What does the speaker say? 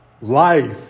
Life